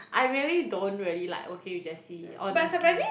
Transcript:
I really don't really like working with Jessie honestly